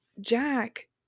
Jack